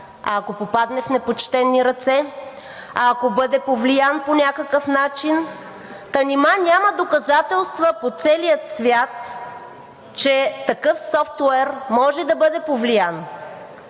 А ако попадне в непочтени ръце? А ако бъде повлиян по някакъв начин? Та нима няма доказателства по целия свят, че такъв софтуер може да бъде повлиян.